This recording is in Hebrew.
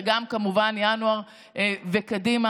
וגם כמובן ינואר וקדימה.